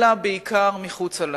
אלא בעיקר מחוצה לה.